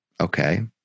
Okay